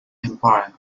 empire